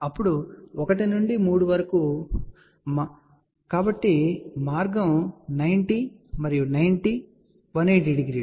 అప్పుడు 1 నుండి 3 వరకు కాబట్టి మార్గం 90 మరియు 90 180 డిగ్రీలు